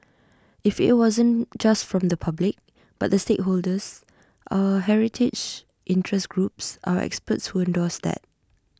if IT wasn't just from the public but the stakeholders our heritage interest groups our experts who endorsed that